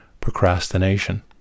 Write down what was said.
procrastination